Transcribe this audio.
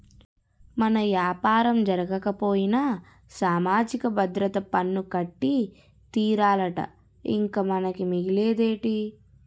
మన యాపారం జరగకపోయినా సామాజిక భద్రత పన్ను కట్టి తీరాలట ఇంక మనకి మిగిలేదేటి